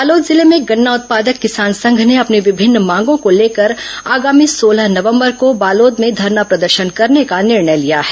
बालोद जिले में गन्ना उत्पादक किसान संघ ने अपनी विभिन्न मांगों को लेकर आगामी सोलह नवंबर को बालोद में धरना प्रदर्शन करने का निर्णय लिया है